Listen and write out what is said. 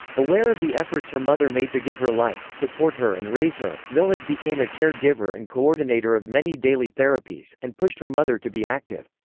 aware of the efforts her mother made to give her life, support her and raise her, millett became a care-giver and coordinator of many daily therapies, and pushed her mother to be active.